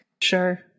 Sure